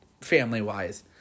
family-wise